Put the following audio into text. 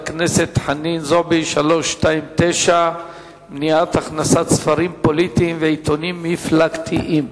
חנין זועבי: מניעת הכנסת ספרים פוליטיים ועיתונים מפלגתיים.